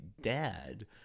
dad